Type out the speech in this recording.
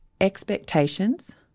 expectations